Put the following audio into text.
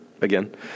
again